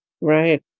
Right